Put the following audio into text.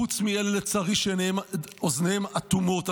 חוץ מאלה שאוזניהם אטומות,